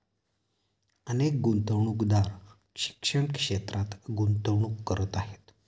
अनेक गुंतवणूकदार शिक्षण क्षेत्रात गुंतवणूक करत आहेत